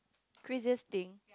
craziest thing